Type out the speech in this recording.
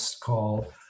call